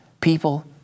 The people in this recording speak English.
people